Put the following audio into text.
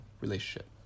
relationship